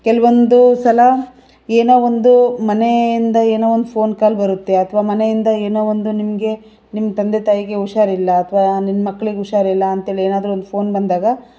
ಕೆಲವೊಂದು ಸಲ ಏನೋ ಒಂದು ಮನೆಯಿಂದ ಏನೋ ಒಂದು ಫೋನ್ ಕಾಲ್ ಬರುತ್ತೆ ಅಥವಾ ಮನೆಯಿಂದ ಏನೋ ಒಂದು ನಿಮಗೆ ನಿಮ್ಮ ತಂದೆ ತಾಯಿಗೆ ಹುಷಾರಿಲ್ಲ ಅಥವಾ ನಿಮ್ಮ ಮಕ್ಳಿಗೆ ಹುಷಾರಿಲ್ಲ ಅಂತೇಳಿ ಏನಾದರೂ ಫೋನ್ ಬಂದಾಗ